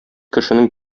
кешенең